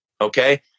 Okay